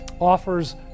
offers